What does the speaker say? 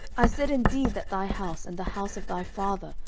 i said indeed that thy house, and the house of thy father,